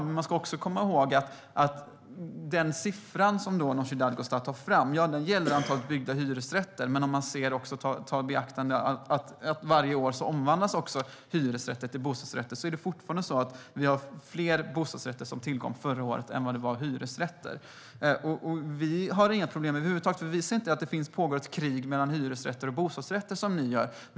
Den siffra som Nooshi Dadgostar tar fram gäller antalet byggda hyresrätter, men om man också tar i beaktande att hyresrätter varje år omvandlas till bostadsrätter ser man att det var fler bostadsrätter än hyresrätter som tillkom förra året. Vi har inga problem över huvud taget med hyresrätter. Vi ser inte att det pågår ett krig mellan hyresrätter och bostadsrätter, som ni gör.